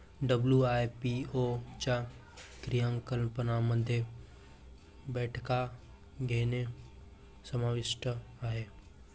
WIPO च्या क्रियाकलापांमध्ये बैठका घेणे समाविष्ट आहे